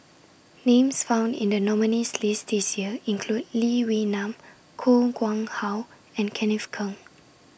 Names found in The nominees' list This Year include Lee Wee Nam Koh Nguang How and Kenneth Keng